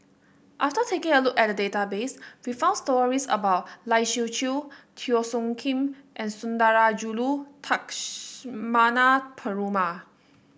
after taking a look at the database we found stories about Lai Siu Chiu Teo Soon Kim and Sundarajulu Takshmana Perumal